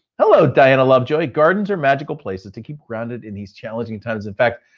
hello, diana lovejoy. gardens are magical places to keep grounded in these challenging times. in fact,